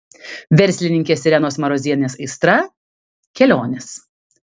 verslininkės irenos marozienės aistra kelionės